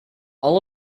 all